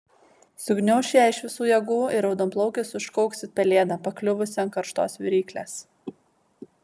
sugniauš ją iš visų jėgų ir raudonplaukis užkauks it pelėda pakliuvusi ant karštos viryklės